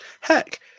heck